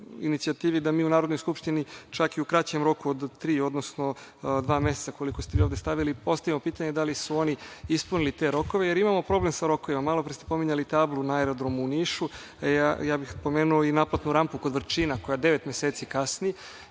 da mi u Narodnoj skupštini čak i u kraćem roku od tri, odnosno dva meseca, koliko ste vi ovde stavili, postavimo pitanje da li su oni ispunili rokove, jer imamo problem sa rokovima. Malopre ste pominjali tablu na aerodromu u Nišu, a ja bih pomenuo i naplatnu rampu kod Vrčina, koja devet meseci kasni